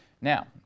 now